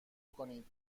کنید